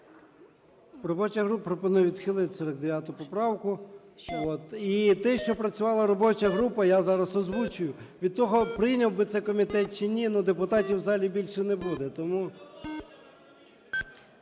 Робоча група пропонує відхилити 49 поправку. І те, що працювала робоча група, я зараз озвучив. Від того прийняв би це комітет чи ні, ну, депутатів в залі більше не буде.